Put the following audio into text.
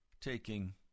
taking